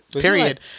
period